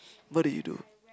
what did you do